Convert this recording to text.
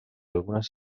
algunes